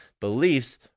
beliefs